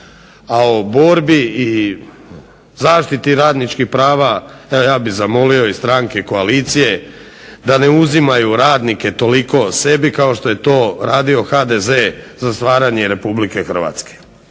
A o borbi i zaštiti radničkih prava evo ja bih zamolio i stranke koalicije da ne uzimaju radnike toliko sebi kao što je to radio HDZ za stvaranje Republike Hrvatske,